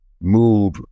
move